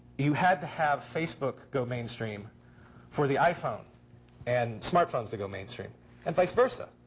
you had to have facebook go mainstream for the iphone and smartphones to go mainstream and vise versa.